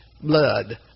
blood